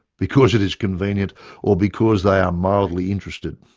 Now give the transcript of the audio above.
because it is convenient or because they are mildly interested.